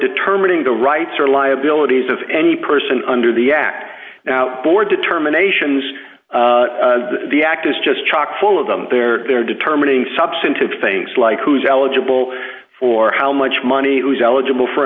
determining the rights or liabilities of any person under the act now board determinations the act is just chock full of them there they're determining substantive things like who's eligible for how much money who's eligible for